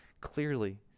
clearly